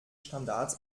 standards